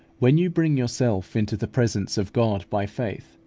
when you bring yourself into the presence of god by faith,